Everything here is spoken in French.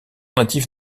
native